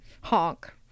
honk